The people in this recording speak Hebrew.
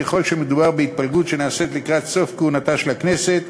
ככל שמדובר בהתפלגות שנעשית לקראת סוף כהונתה של הכנסת,